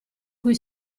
cui